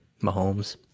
Mahomes